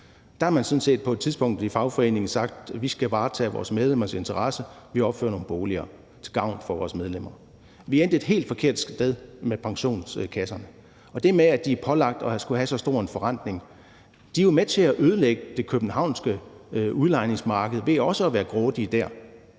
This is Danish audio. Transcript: sådan set på et tidspunkt i fagforeningen sagt, at vi skal varetage vores medlemmernes interesse, så vi opfører nogle boliger til gavn for vores medlemmer. Vi er endt et helt forkert sted med pensionskasserne. Og der er det med, at de er pålagt at skulle have så stor en forrentning. De er jo med til at ødelægge det københavnske udlejningsmarked ved også at være grådige der,